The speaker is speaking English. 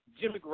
Jimmy